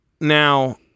Now